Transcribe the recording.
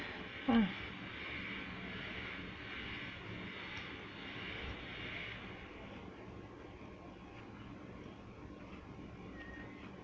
mm